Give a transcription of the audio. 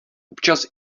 občas